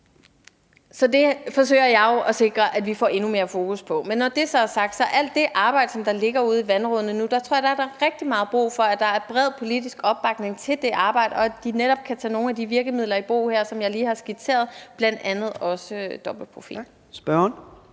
Så det forsøger jeg at sikre vi får endnu mere fokus på. Men når det er sagt, er der i alt det arbejde, der ligger ude i vandrådene nu, rigtig meget brug for, at der er bred politisk opbakning, og at de netop kan tage nogle af de virkemidler i brug her, som jeg lige har skitseret, bl.a. også dobbeltprofil.